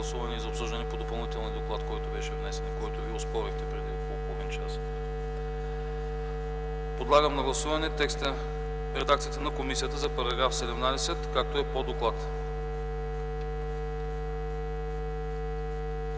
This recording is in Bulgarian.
Подлагам на гласуване редакцията на комисията за чл. 8, така както е по доклада.